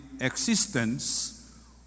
existence